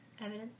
Evidence